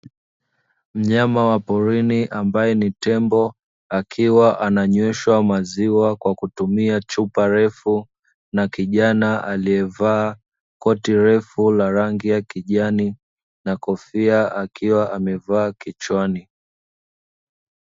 Mnyama wa porini ambaye ni tembo, akiwa ananyweshwa maziwa kwa kutumia chupa refu na kijana aliyevaa koti refu la rangi ya kijani na kofia akiwa amevaa kichwani.